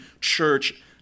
church